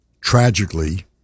tragically